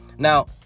Now